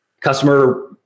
customer